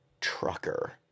trucker